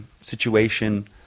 situation